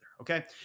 okay